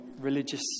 religious